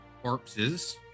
corpses